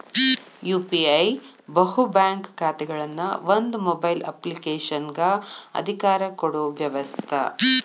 UPI ಬಹು bank ಖಾತೆಗಳನ್ನ ಒಂದ ಮೊಬೈಲ್ ಅಪ್ಲಿಕೇಶನಗ ಅಧಿಕಾರ ಕೊಡೊ ವ್ಯವಸ್ತ